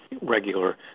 regular